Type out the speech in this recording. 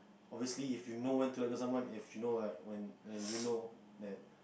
obviously if you know when to let go of someone if you know like when when you know that